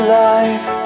life